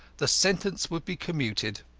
the sentence would be commuted.